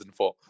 2004